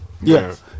yes